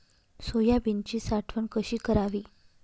सोयाबीनची साठवण कशी करावी?